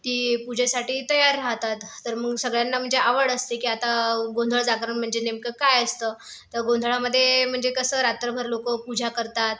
ते पूजेसाठी तयार राहतात तर मग सगळ्यांना म्हणजे आवड असते की आता गोंधळ जागरण म्हणजे नेमकं काय असतं तर गोंधळामध्ये म्हणजे कसं रात्रभर लोक पूजा करतात